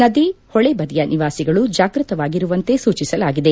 ನದಿ ಹೊಳೆ ಬದಿಯ ನಿವಾಸಿಗಳು ಜಾಗೃತವಾಗಿರುವಂತೆ ಸೂಚಿಸಲಾಗಿದೆ